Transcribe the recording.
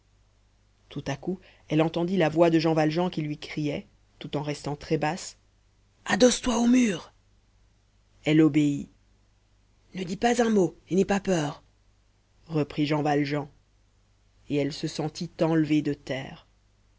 tout à coup elle entendit la voix de jean valjean qui lui criait tout en restant très basse adosse toi au mur elle obéit ne dis pas un mot et n'aie pas peur reprit jean valjean et elle se sentit enlever de terre